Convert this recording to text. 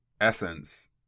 essence